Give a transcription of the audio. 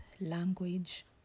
language